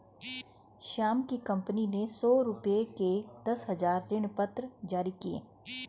श्याम की कंपनी ने सौ रुपये के दस हजार ऋणपत्र जारी किए